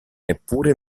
neppure